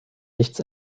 nichts